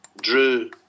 Drew